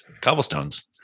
cobblestones